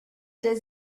does